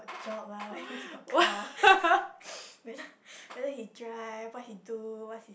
a job lah whether he got car whether whether he drive what he do what's his